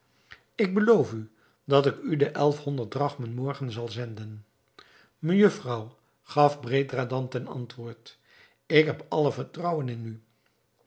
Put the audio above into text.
ik beloof u dat ik u de elf honderd drachmen morgen zal zenden mejufvrouw gaf bredradan ten antwoord ik heb alle vertrouwen in u